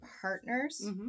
Partners